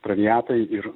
traviatai ir